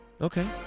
Okay